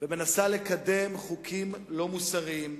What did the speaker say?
ומנסה לקדם חוקים לא מוסריים,